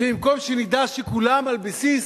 ובמקום שנדע שכולם, על בסיס